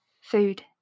food